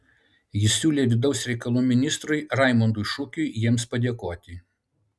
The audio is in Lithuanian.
ji siūlė vidaus reikalų ministrui raimundui šukiui jiems padėkoti